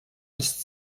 bis